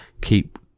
Keep